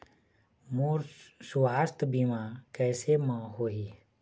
मोर सुवास्थ बीमा कैसे म होही?